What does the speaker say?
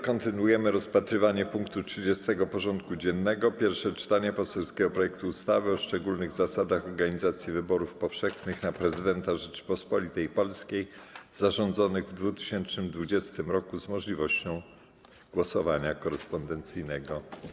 Kontynuujemy rozpatrywanie punktu 30. porządku dziennego: Pierwsze czytanie poselskiego projektu ustawy o szczególnych zasadach organizacji wyborów powszechnych na Prezydenta Rzeczypospolitej Polskiej zarządzonych w 2020 r. z możliwością głosowania korespondencyjnego.